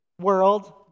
world